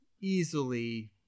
easily